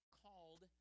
called